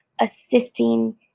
assisting